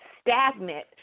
stagnant